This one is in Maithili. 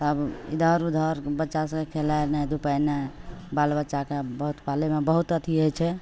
सब इधर उधर बच्चा सभकेँ खेलेनाइ धुपेनाइ बाल बच्चाकेँ बहुत पालैमे बहुत अथी होइ छै